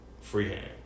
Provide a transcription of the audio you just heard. freehand